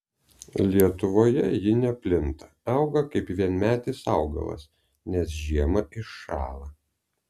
lietuvoje ji neplinta auga kaip vienmetis augalas nes žiemą iššąla